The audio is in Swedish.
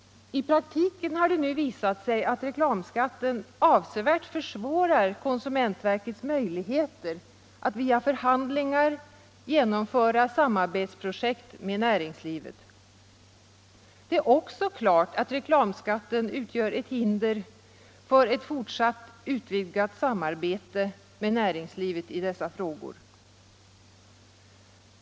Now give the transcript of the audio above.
I praktiken har det ju visat sig att reklamskatten avsevärt försvårar konsumentverkets möjligheter att via förhandlingar genomföra samarbetsprojekt med näringslivet. Det är också klart att reklamskatten utgör ett hinder för ett fortsatt utvidgat samarbete med näringslivet i dessa frågor.